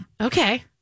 Okay